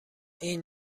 این